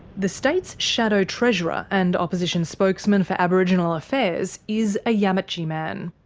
the state's shadow treasurer and opposition spokesman for aboriginal affairs is a yamatji man.